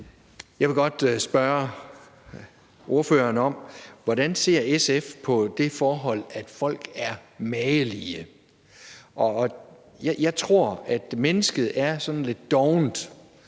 Jeg vil godt spørge ordføreren om, hvordan SF ser på det forhold, at folk er magelige. Jeg tror, at mennesket er sådan